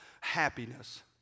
happiness